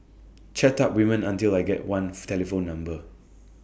chat up women until I get one telephone number